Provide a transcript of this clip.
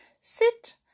sit